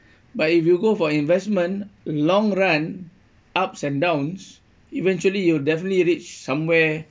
but if you go for investment long run ups and downs eventually you will definitely reach somewhere